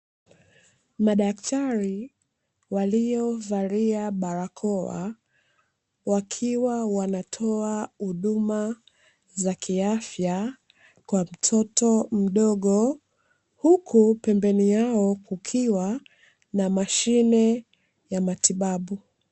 Madaktari waliovalia barakoa, wakiwa wanatoa huduma za kiafya kwa mtoto mdogo, huku pembeni yao kukiwa na mashine ya matibabu.